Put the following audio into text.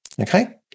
Okay